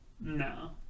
no